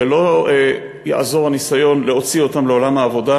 ולא יעזור הניסיון להוציא אותן לעולם העבודה.